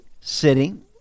sitting